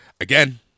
again